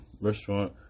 restaurant